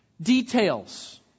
Details